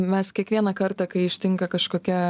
mes kiekvieną kartą kai ištinka kažkokia